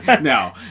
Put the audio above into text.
no